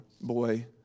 boy